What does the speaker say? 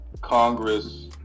Congress